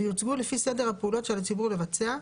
ויוצגו לפי סדר הפעולות של הציבור לבצע,